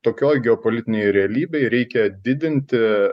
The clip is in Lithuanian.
tokioj geopolitinėj realybėj reikia didinti